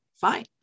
fine